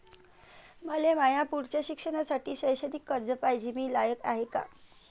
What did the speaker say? मले माया पुढच्या शिक्षणासाठी शैक्षणिक कर्ज पायजे, मी लायक हाय का?